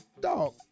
dog